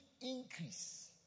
increase